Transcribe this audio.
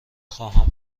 خواهم